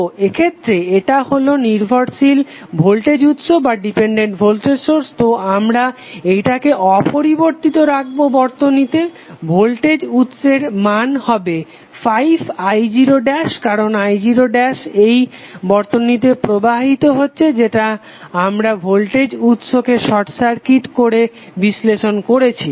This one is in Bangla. তো এক্ষেত্রে এটা হলো নির্ভরশীল ভোল্টেজ উৎস তো আমরা এটাকে অপরিবর্তিত রাখবো বর্তনীতে ভোল্টেজ উৎসের মান হবে 5i0 কারণ এখন i0 এই বর্তনীতে প্রবাহিত হচ্ছে যেটা আমরা ভোল্টেজ উৎস কে শর্ট সার্কিট করে বিশ্লেষণ করছি